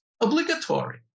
obligatory